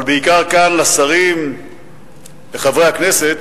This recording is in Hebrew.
אבל בעיקר כאן, לשרים, לחברי הכנסת,